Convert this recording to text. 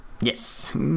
Yes